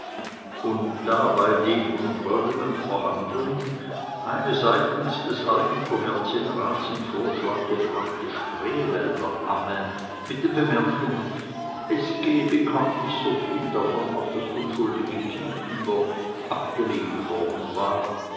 und da bei den nun folgenden verhandlungen eine seitens des alten kommerzienrats in vorschlag gebrachte spreewälderamme mit dem bemerken es gehe bekanntlich soviel davon auf das unschuldige kind über abgelehnt worden war